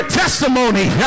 testimony